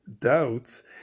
doubts